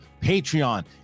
Patreon